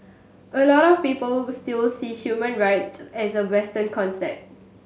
a lot of people still see human rights as a Western concept